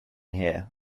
here